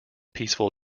peaceful